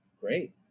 Great